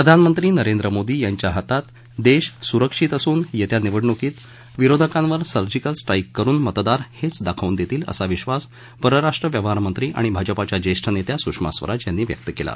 प्रधानमंत्री नरेंद्र मोदी यांच्या हातात देश स्रक्षित असून येत्या निवडण्कीत विरोधकांवर सर्जिकल स्ट्राईक करून मतदार हे दाखवून देतील असा विश्वास परराष्ट्र व्यवहार मंत्री आणि भाजपाच्या जेष्ठ नेत्या सुषमा स्वराज यांनी व्यक्त केला